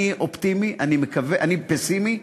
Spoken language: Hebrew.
אני פסימי.